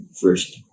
first